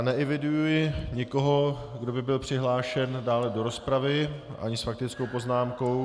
Neeviduji nikoho, kdo by byl přihlášen dále do rozpravy, ani s faktickou poznámkou.